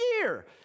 year